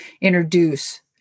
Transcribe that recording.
introduce